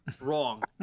Wrong